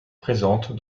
présente